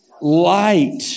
light